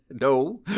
No